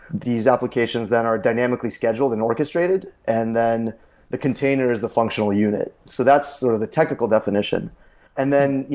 these applications that are dynamically scheduled and orchestrated, and then the container is the functional unit. so that's sort of the technical definition and then,